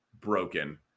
broken